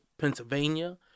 Pennsylvania